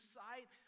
sight